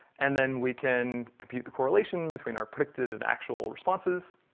and then we can compute the correlation between our predicted and actual responses,